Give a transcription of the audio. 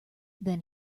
then